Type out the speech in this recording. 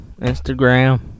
Instagram